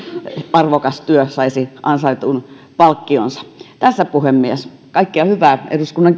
arvokas työ saisi ansaitun palkkionsa tässä puhemies kaikkea hyvää eduskunnan